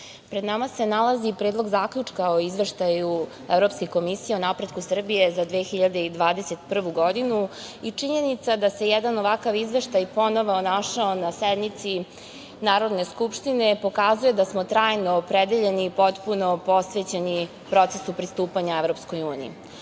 pred nama se nalazi Predlog zaključka o Izveštaju Evropske komisije o napretku Srbije za 2021. godinu. Činjenica da se jedan ovakav izveštaj ponovo našao na sednici Narodne skupštine pokazuje da smo trajno opredeljeni i potpuno posvećeni procesu pristupanja EU.Ovaj